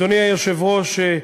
אדוני היושב-ראש,